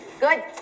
Good